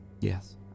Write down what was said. Yes